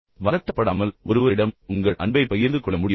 பதட்டப்படாமல் ஒருவரிடம் உங்கள் அன்பைப் பகிர்ந்து கொள்ள முடியுமா